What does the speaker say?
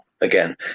again